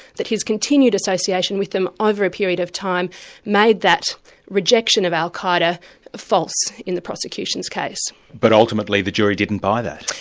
that his continued association with them over a period of time made that rejection of al-qa'eda false in the prosecution's case. but ultimately the jury didn't buy that.